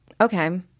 Okay